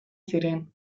ziren